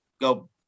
go